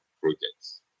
projects